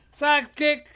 sidekick